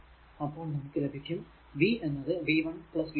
അപ്പോൾ നമുക്ക് ലഭിക്കും vഎന്നത് v 1 v 2